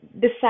decide